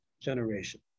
generation